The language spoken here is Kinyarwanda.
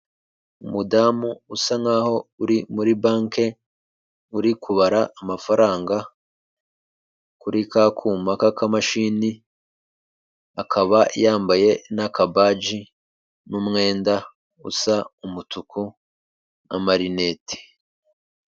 umudamu usa nkaho uri muri banki, uri kubara amafaranga, kuri ka kuma k'akamashini, akaba yambaye n'akabaji, n'umwenda usa umutuku, n'amarinete.